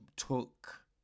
took